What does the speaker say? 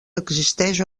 existeix